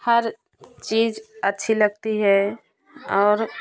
हर चीज अच्छी लगती है और